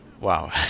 Wow